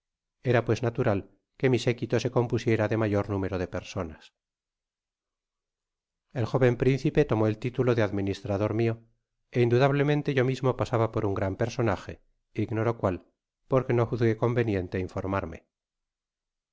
era pues natural que mi séquito se compusiera de mayor número de personas el jóven principe tomó el titulo de administrador mio é indudablemente yo mismo pasaba por un gran personaje ignoro cuál porque no juzgué conveniente informarme